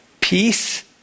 peace